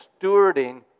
stewarding